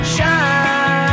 Shine